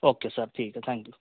okay sir ٹھیک ہے thank you